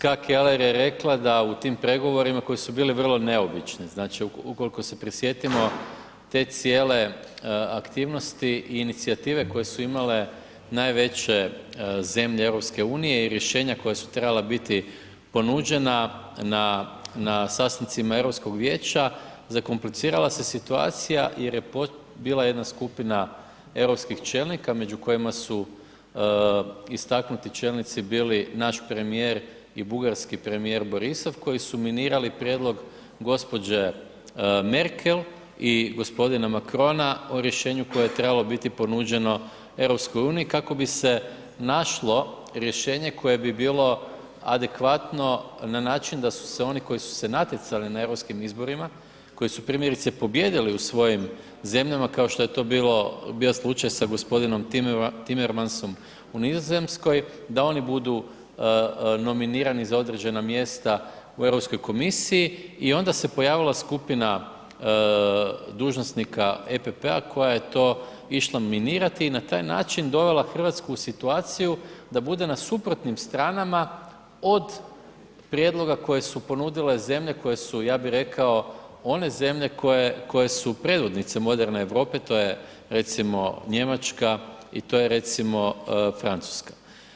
Znači, gđa. Ska Keller je rekla da u tim pregovorima koji su bili vrlo neobično, znači ukoliko se prisjetimo te cijele aktivnosti i inicijative koje su imale najveće zemlje EU-a i rješenja koja su trebala biti ponuđena na sastancima Europskog vijeća, zakomplicirala se situacija jer je bila jedna skupina europskih čelnika među kojima su istaknuti čelnici bili naš premijer i bugarski premijer Borisov koji su minirali prijedlog gđe. Merkel i g. Macrona o rješenju koje je trebalo biti ponuđeno EU-u kako bi se našlo rješenje koje bi bilo adekvatno na način da su se oni koji su se natjecali na europskim izborima, koji su primjerice pobijedili u svojim zemljama kao što je to bio slučaj sa g. Timmermansom u Nizozemskoj, da oni budu nominirani za određena mjesta u Europskoj komisiji i onda se pojavila skupina dužnosnika EPP-a koja je to išla minirati i na taj način dovela Hrvatsku u situaciju da bude na suprotnim stranama od prijedloga koje su ponudile zemlje koje su ja bi rekao, one zemlje koje su predvodnice moderne Europe, to je recimo Njemačka i to je recimo Francuska.